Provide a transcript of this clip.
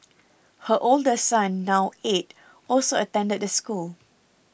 her older son now eight also attended the school